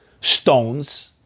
stones